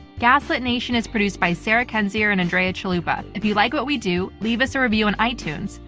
gaslit nation is produced by sarah kendzior and andrea chalupa. if you like what we do, leave us a review on itunes.